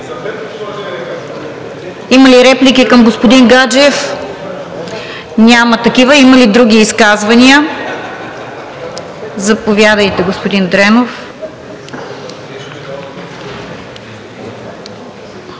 Има ли реплики към господин Гаджев? Няма такива. Има ли други изказвания – заповядайте, господин Дренчев.